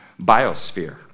biosphere